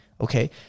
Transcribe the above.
Okay